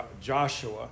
Joshua